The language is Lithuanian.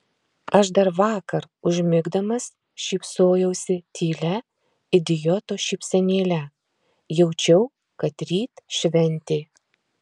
aš dar vakar užmigdamas šypsojausi tylia idioto šypsenėle jaučiau kad ryt šventė